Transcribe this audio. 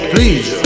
Please